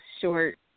short